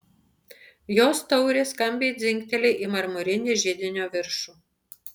jos taurė skambiai dzingteli į marmurinį židinio viršų